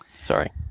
sorry